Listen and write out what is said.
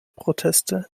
proteste